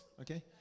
Okay